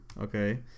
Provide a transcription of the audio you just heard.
Okay